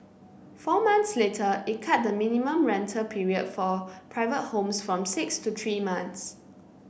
four months later it cut the minimum rental period for private homes from six to three months